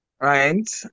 Right